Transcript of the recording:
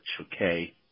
okay